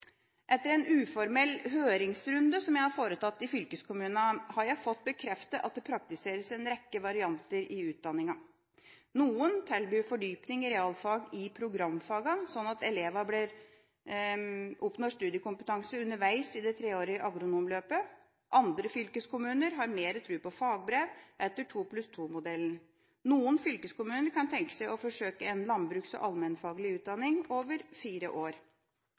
Etter en uformell høringsrunde jeg har foretatt hos fylkeskommunen, har jeg fått bekreftet at det praktiseres en rekke varianter i utdanninga. Noen tilbyr fordypning i realfag i programfagene, slik at elevene oppnår studiekompetanse underveis i det treårige agronomløpet. Andre fylkeskommuner har mer tro på fagbrev, etter 2+2-modellen. Noen fylkeskommuner kunne tenke seg å forsøke en landbruks- og allmennfaglig utdanning over fire år.